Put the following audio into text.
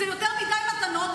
זה יותר מדי מתנות,